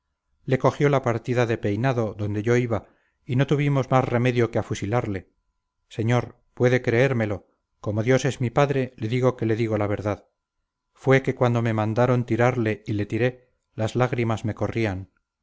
le cogió la partida de peinado donde yo iba y no tuvimos más remedio que afusilarle señor puede creérmelo como dios es mi padre le digo que le digo la verdad fue que cuando me mandaron tirarle y le tiré las lágrimas me corrían